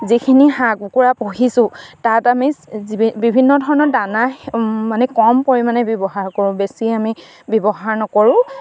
যিখিনি হাঁহ কুকুৰা পুহিছোঁ তাত আমি বিভিন্ন ধৰণৰ দানা মানে কম পৰিমাণে ব্যৱহাৰ কৰোঁ বেছি আমি ব্যৱহাৰ নকৰোঁ